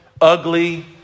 ugly